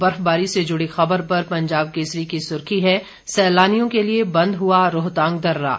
बर्फबारी से जुड़ी खबर पर पंजाब केसरी की सुर्खी है सैलानियों के लिये बंद हुआ रोहतांग दर्रा